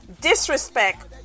disrespect